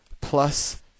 plus